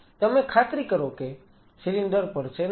તમે ખાતરી કરો કે સિલિન્ડર પડશે નહિ